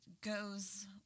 goes